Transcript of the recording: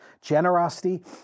Generosity